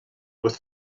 with